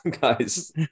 guys